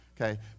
okay